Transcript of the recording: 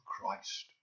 Christ